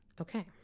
Okay